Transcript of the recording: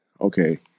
okay